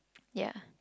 ya